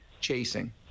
chasing